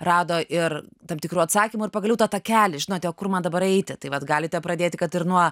rado ir tam tikrų atsakymų ir pagaliau tą takelį žinote o kur man dabar eiti tai vat galite pradėti kad ir nuo